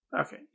Okay